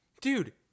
Dude